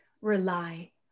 rely